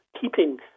keeping